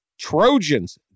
Trojans